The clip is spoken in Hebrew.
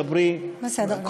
דברי, בסדר גמור.